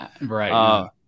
Right